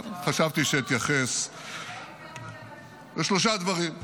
אבל חשבתי שאתייחס לשלושה דברים.